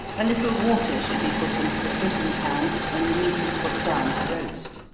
a little water should be put into the dripping pan, when the meat is put down to roast.